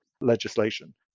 legislation